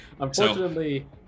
unfortunately